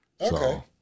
Okay